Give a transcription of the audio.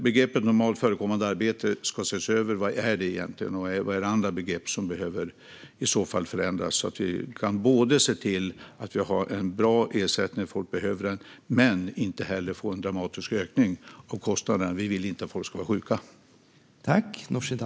Begreppet "normalt förekommande arbete" ska ses över. Vad är det egentligen, och är det andra begrepp som behöver förändras så att vi kan ha en bra ersättning när folk behöver den utan att vi får en dramatisk ökning av kostnaderna? Vi vill inte att folk ska vara sjuka.